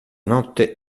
notte